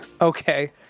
okay